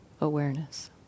awareness